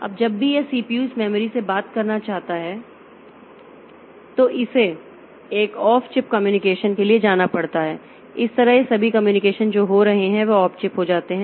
अब जब भी यह CPU इस मेमोरी से बात करना चाहता है तो उसे एक ऑफ चिप कम्युनिकेशन के लिए जाना पड़ता है इस तरह ये सभी कम्युनिकेशन जो हो रहे हैं वे ऑफ चिप हो जाते हैं